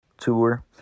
tour